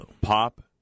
Pop